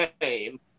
name